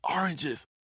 oranges